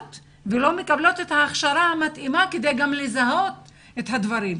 את ההכשרה המתאימה כדי גם לזהות את הדברים.